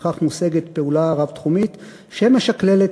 ובכך מושגת פעולה רב-תחומית שמשקללת